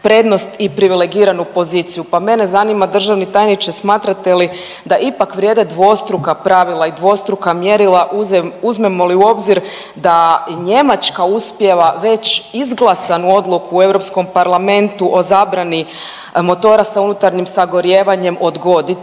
prednost i privilegiranu poziciju. Pa mene zanima državni tajniče smatrate li da ipak vrijede dvostruka pravila i dvostruka mjerila uzmemo li u obzir da Njemačka uspijeva već izglasanu odluku u Europskom parlamentu o zabrani motora sa unutarnjim sagorijevanjem odgoditi